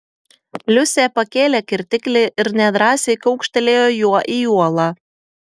liusė pakėlė kirtiklį ir nedrąsiai kaukštelėjo juo į uolą